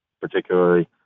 particularly